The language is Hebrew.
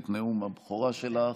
את נאום הבכורה שלך.